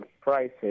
prices